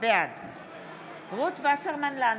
בעד רות וסרמן לנדה,